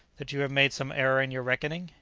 that you have made some error in your reckoning?